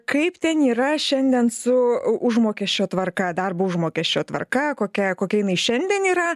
kaip ten yra šiandien su užmokesčio tvarka darbo užmokesčio tvarka kokia kokia jinai šiandien yra